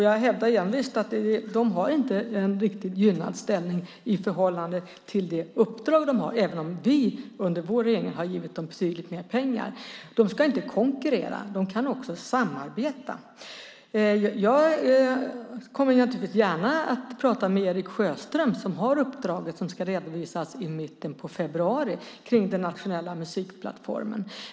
Jag hävdar envist att de inte har en riktigt gynnad ställning i förhållande till det uppdrag de har även om vi under vår regering har givit dem betydligt mer pengar. De ska inte konkurrera; de kan också samarbeta. Jag kommer naturligtvis gärna att prata med Eric Sjöström som har uppdraget som ska redovisas i mitten av februari kring den nationella musikplattformen.